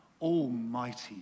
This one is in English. almighty